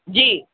जी